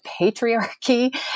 patriarchy